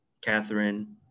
Catherine